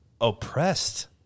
oppressed